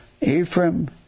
Ephraim